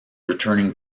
returning